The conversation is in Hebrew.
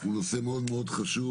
הוא נושא מאוד חשוב,